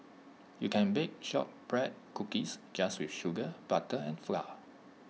you can bake Shortbread Cookies just with sugar butter and flour